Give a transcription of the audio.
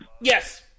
Yes